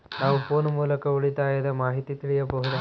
ನಾವು ಫೋನ್ ಮೂಲಕ ಉಳಿತಾಯದ ಮಾಹಿತಿ ತಿಳಿಯಬಹುದಾ?